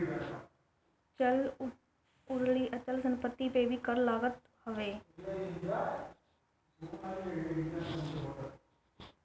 चल अउरी अचल संपत्ति पे भी कर लागत हवे